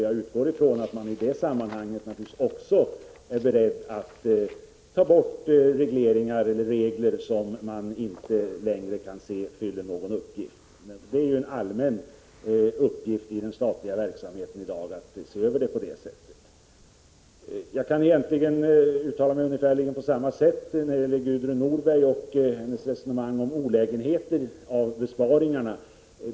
Jag utgår från att man i det sammanhanget är beredd att ta bort regler som man finner inte längre fyller någon uppgift. Det är en allmän uppgift inom den statliga verksamheten att göra en sådan översyn. Jag kan uttala mig på ungefär samma sätt när det gäller Gudrun Norbergs resonemang om olägenheter med besparingarna.